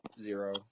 zero